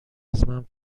ازم